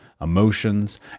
emotions